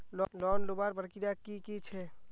Loan लुबार प्रक्रिया की की छे?